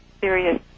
serious